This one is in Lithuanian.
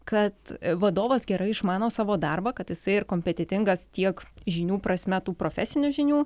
kad vadovas gerai išmano savo darbą kad jisai ir kompetentingas tiek žinių prasme tų profesinių žinių